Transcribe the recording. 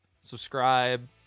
subscribe